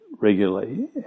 regularly